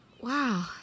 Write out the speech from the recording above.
Wow